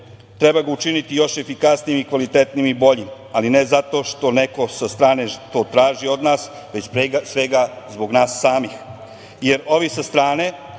Treba ga učiniti još efikasnijim, kvalitetnijim i boljim, ali ne zato što neko sa strane to traži od nas, već pre svega, zbog nas samih, jer ovi sa strane,